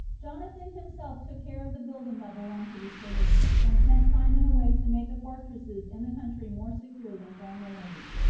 jonathan himself took care of the building that belonged to the city, and sent simon away to make the fortresses in the country more secure than formerly.